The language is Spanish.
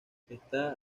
esta